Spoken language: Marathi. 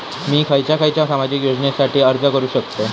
मी खयच्या खयच्या सामाजिक योजनेसाठी अर्ज करू शकतय?